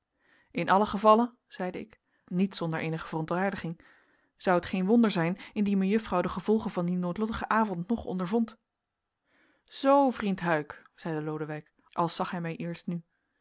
in allen gevalle zeide ik niet zonder eenige verontwaardiging zou het geen wonder zijn indien mejuffrouw de gevolgen van dien noodlottigen avond nog ondervond zoo vriend huyck zeide lodewijk als zag hij mij eerst nu